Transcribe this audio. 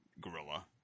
gorilla